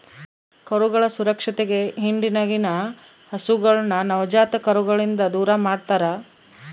ಕರುಗಳ ಸುರಕ್ಷತೆಗೆ ಹಿಂಡಿನಗಿನ ಹಸುಗಳನ್ನ ನವಜಾತ ಕರುಗಳಿಂದ ದೂರಮಾಡ್ತರಾ